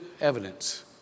evidence